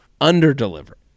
under-deliver